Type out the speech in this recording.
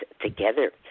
together